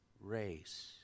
race